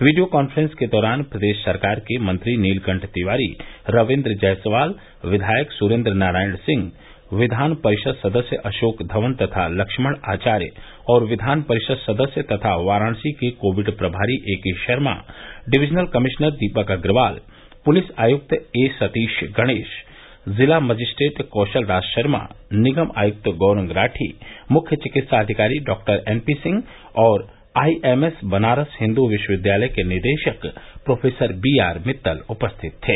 video conference के दौरान प्रदेश सरकार के मंत्री नीलकंठ तिवारी रविन्द्र जायसवाल विधायक सुरेन्द्र नारायण सिंह विधान परिषद सदस्य अशोक धवन तथा लक्ष्मण आचार्य और विधान परिषद सदस्य तथा वाराणसी के कोविड प्रभारी एके Sharma divisional commissioner Deepak Agarwal police आयुक्त एसतीश गणेश जिला मजिस्ट्रेट कौशल राज शर्मा निगम आयुक्त गौरंग राठी मुख्य चिकित्सा अधिकारी डॉक्टर एनपी सिंह और आईएमएस बनारस हिन्द्र विश्वविद्यालय के निदेशक प्रोफेसर बीआर मित्तल उपस्थित थे